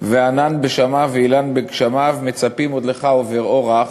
וענן בשמיו ואילן בגשמיו / מצפים עוד לך עובר אורח"